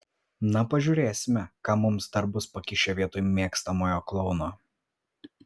na pažiūrėsime ką mums dar bus pakišę vietoj mėgstamojo klouno